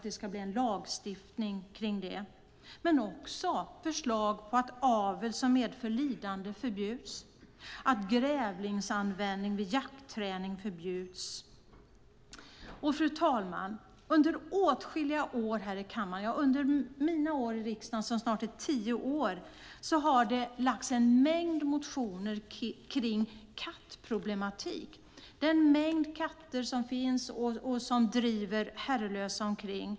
Det ska bli en lagstiftning om det. Det finns också förslag på att avel som medför lidande förbjuds och att grävlingsanvändning vid jaktträning förbjuds. Fru talman! Under åtskilliga år i kammaren, under mina snart tio år i riksdagen, har en mängd motioner väckts om kattproblem. De har gällt den mängd katter som finns som driver herrelösa omkring.